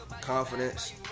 confidence